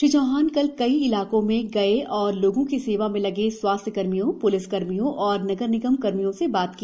श्री चौहान कल कई इलाकों में गए और लोगों की सेवा में लगे स्वास्थ्य कर्मियों पुलिस कर्मियों और नगर निगम कर्मियों से बात की